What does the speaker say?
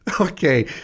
Okay